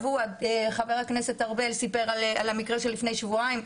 חבר הכנסת ארבל סיפר על המקרה של לפני שבועיים.